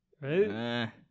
right